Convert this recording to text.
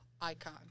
icon